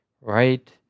right